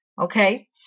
okay